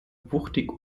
wuchtig